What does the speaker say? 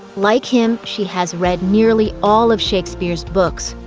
like him she has read nearly all of shakespeare's books.